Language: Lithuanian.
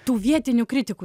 tų vietinių kritikų